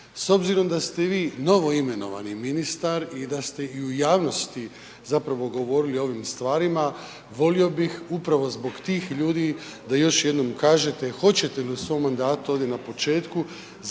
S obzirom da ste vi novoimenovani ministar i da ste i u javnosti zapravo govorili o ovim stvarima, volio bih upravo zbog tih ljudi da još jednom kažete hoćete li u svom mandatu ovdje na početku zapravo